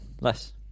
less